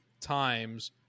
times